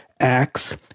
Acts